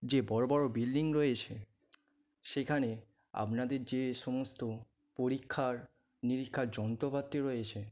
যে বড় বড় বিল্ডিং রয়েছে সেইখানে আপনাদের যে সমস্ত পরীক্ষার নিরীক্ষার যন্ত্রপাতি রয়েছে